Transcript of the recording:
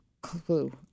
clue